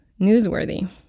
newsworthy